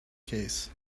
case